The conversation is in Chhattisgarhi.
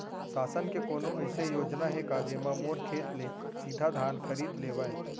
शासन के कोनो अइसे योजना हे का, जेमा मोर खेत ले सीधा धान खरीद लेवय?